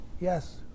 Yes